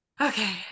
okay